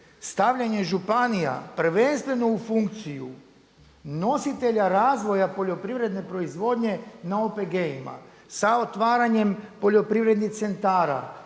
stavljanjem županija prvenstveno u funkciju nositelja razvoja poljoprivredne proizvodnje na OPG-ima, sa otvaranjem poljoprivrednih centrala,